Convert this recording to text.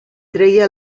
treia